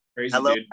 hello